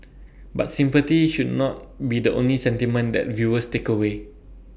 but sympathy should not be the only sentiment that viewers take away